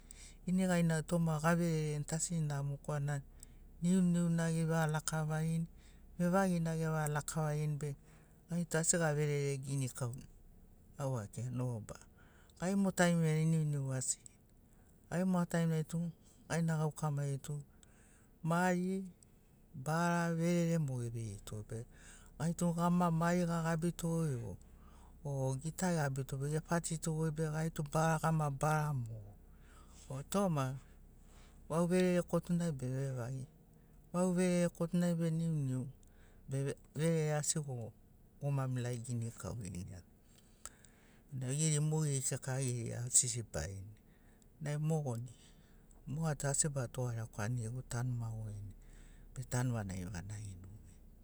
Ini gai na toma gaverereni asi namo korana niuniu na evalakavarini vevagina evalakavarini be aitu asi gaverere ginikauni au akirani oba gai mo taimiai niuniu asigina gai mo taimiai tu gaina gauka maigeri tu mari bara verere mo eveito be gaitu gama mari agabito o gita egabito epatito goi be gaitu gema bara mo o toma vau verere kotuna bena vevagi vau verere kotuna be niuniu be verere asi go gomamilagi ginikauani nai geri mogeri kika asisibarini nai mogoni moga tu asi batugarekwaiani gegu tanu magurinai betanu vanagi vanagini